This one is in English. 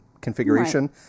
configuration